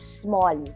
small